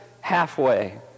halfway